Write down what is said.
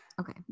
Okay